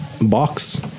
box